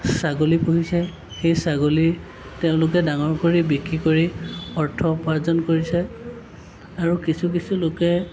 ছাগলী পোহিছে সেই ছাগলী তেওঁলোকে ডাঙৰ কৰি বিক্ৰী কৰি অৰ্থ উপাৰ্জন কৰিছে আৰু কিছু কিছু লোকে